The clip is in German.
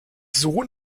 sohn